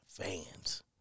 fans